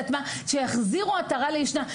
שיחזירו עטרה ליושנה.